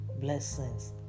blessings